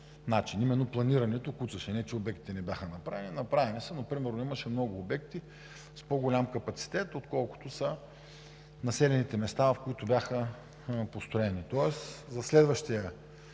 начин. Куцаше планирането. Не че обектите не бяха направени. Направени са, но примерно имаше много обекти с по-голям капацитет отколкото са населените места, в които бяха построени. Тоест за следващия